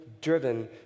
driven